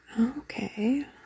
Okay